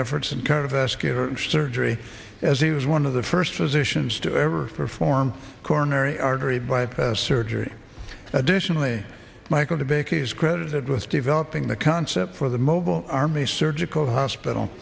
efforts and kind of asking surgery as he was one of the first physicians to ever perform corner artery bypass surgery additionally michael de bakey is credited with developing the concept for the mobile army surgical hospital